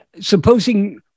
supposing